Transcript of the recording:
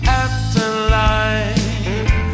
afterlife